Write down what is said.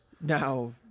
Now